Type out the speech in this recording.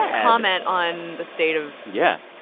comment on the state of. yeah.